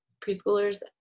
preschoolers